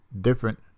different